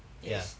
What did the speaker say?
yes